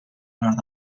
nord